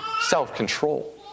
self-control